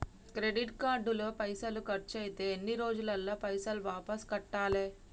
Credit card లో పైసల్ ఖర్చయితే ఎన్ని రోజులల్ల పైసల్ వాపస్ కట్టాలే?